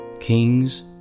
Kings